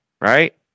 Right